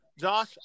Josh